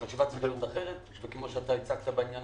החשיבה צריכה להיות אחרת וכמו שאתה הצגת בעניין